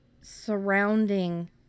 surrounding